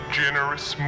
generous